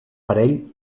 parell